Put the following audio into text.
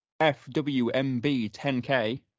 FWMB-10K